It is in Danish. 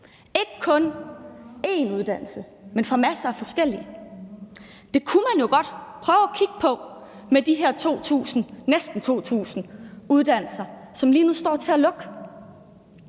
ikke kun fra én uddannelse, men fra masser af forskellige uddannelser. Det kunne man jo godt prøve at kigge på med de her næsten 2.000 uddannelsespladser, som lige nu står til at lukke.